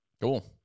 Cool